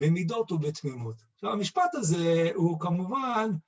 במידות ובתמימות. והמשפט הזה הוא כמובן...